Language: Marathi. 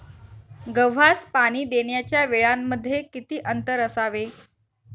गव्हास पाणी देण्याच्या वेळांमध्ये किती अंतर असावे?